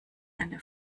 eine